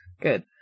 Good